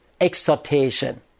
exhortation